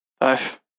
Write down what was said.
Five